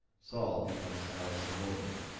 saul becomes al's subordinate.